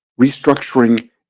restructuring